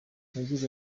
yagize